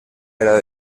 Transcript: era